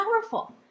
powerful